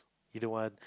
either one